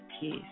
peace